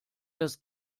das